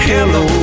Hello